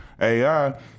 AI